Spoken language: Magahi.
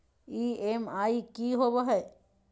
ई.एम.आई की होवे है?